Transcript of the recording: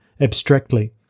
abstractly